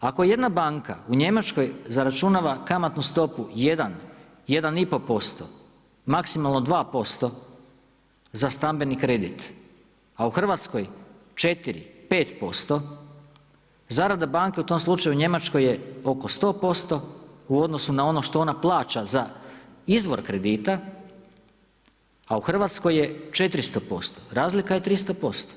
Ako jedna banka u Njemačkoj zaračunava kamatnu stopu 1, 1,5%, maksimalno 2% za stambeni kredit a u Hrvatskoj 4, 5%, zarada banke u tom slučaju u Njemačkoj je oko 100% u odnosu na ono što ona plaća za izvor kredita a u Hrvatskoj je 400%, razlika je 300%